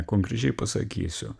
konkrečiai pasakysiu